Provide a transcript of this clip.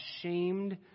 ashamed